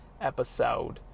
episode